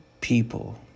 people